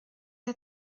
der